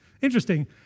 Interesting